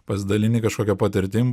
pasidalini kažkokia patirtim